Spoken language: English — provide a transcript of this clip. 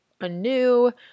anew